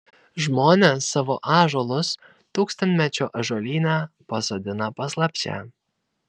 žmonės savo ąžuolus tūkstantmečio ąžuolyne pasodina paslapčia